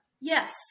Yes